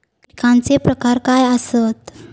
कीटकांचे प्रकार काय आसत?